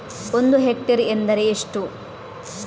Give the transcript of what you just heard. ಒಂದು ಹೆಕ್ಟೇರ್ ಎಂದರೆ ಎಷ್ಟು?